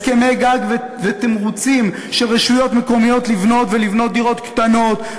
הסכמי גג ותמרוצים של רשויות מקומיות לבנות דירות קטנות,